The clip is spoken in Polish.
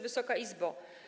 Wysoka Izbo!